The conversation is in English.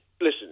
listen